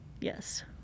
yes